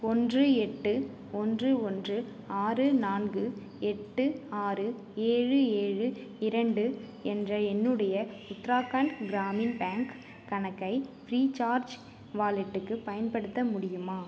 ஒன்று எட்டு ஒன்று ஒன்று ஆறு நான்கு எட்டு ஆறு ஏழு ஏழு இரண்டு என்ற என்னுடைய உத்தராகண்ட் கிராமின் பேங்க் கணக்கை ஃப்ரீசார்ஜ் வாலெட்டுக்கு பயன்படுத்த முடியுமா